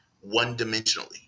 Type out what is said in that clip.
one-dimensionally